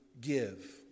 give